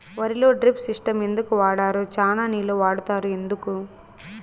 వరిలో drip system ఎందుకు వాడరు? చానా నీళ్లు వాడుతారు ఎందుకు?